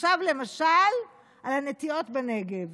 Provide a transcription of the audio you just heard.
עכשיו למשל, על הנטיעות בנגב